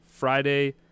Friday